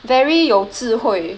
very 有智慧